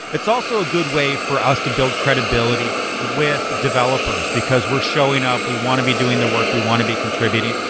it's also a good way for us to build credibility with developers, because we're showing up. we want to be doing the work. we want to be contributing,